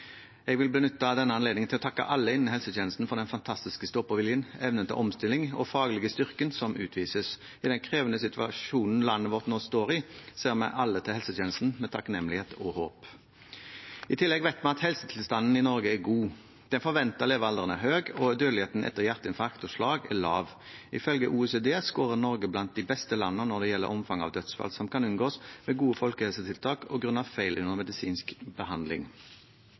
Jeg vil benytte denne anledningen til å takke alle innen helsetjenesten for den fantastiske ståpåviljen, evnen til omstilling og den faglige styrken som utvises. I den krevende situasjonen landet vårt nå står i, ser vi alle til helsetjenesten med takknemlighet og håp. I tillegg vet vi at helsetilstanden i Norge er god. Den forventede levealderen er høy, og dødeligheten etter hjerteinfarkt og slag er lav. Ifølge OECD er Norge blant de beste landene når det gjelder omfanget av dødsfall som skjer grunnet feil under medisinsk behandling, og som kan unngås ved gode folkehelsetiltak.